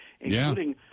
including